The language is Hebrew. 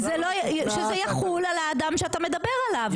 שזה יחול על האדם שאתה מדבר עליו,